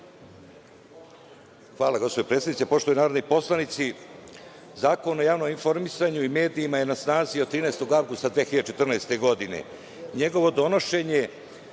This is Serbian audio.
Hvala gospođo predsednice. Poštovani narodni poslanici, Zakon o javnom informisanju i medijima je na snazi od 13. avgusta 2014. godine.